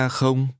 không